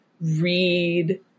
read